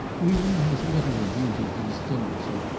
wheeling has little of beauty to distinguish it,